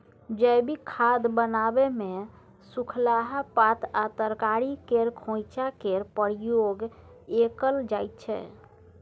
जैबिक खाद बनाबै मे सुखलाहा पात आ तरकारी केर खोंइचा केर प्रयोग कएल जाइत छै